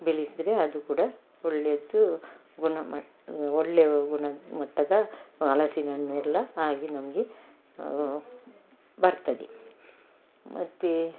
ಬೆಳಿಸಿದರೆ ಅದು ಕೂಡ ಒಳ್ಳೆಯದು ಗುಣ ಮ ಒಳ್ಳೆ ಗುಣ ಮಟ್ಟದ ಹಲಸಿನ ಅಣ್ಣೆಲ್ಲ ಆಗಿ ನಮಗೆ ಬರ್ತದೆ ಮತ್ತೆ